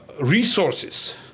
resources